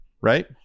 right